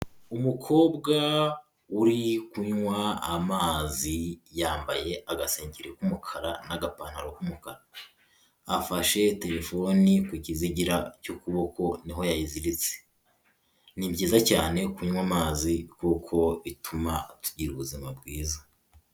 Umukobwa uri kunywa amazi, yambaye agasengeri k'umukara n'agapantaro k'umukara, afashe terefoni ku kizigira cy'ukuboko niho yayiziritse, ni byiza cyane kunywa amazi kuko bituma tugira ubuzima bwiza.